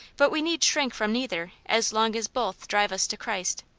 but we need shrink from neither as long as both drive us to christ.